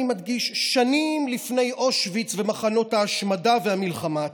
אני מדגיש: שנים לפני אושוויץ ומחנות ההשמדה והמלחמה עצמה.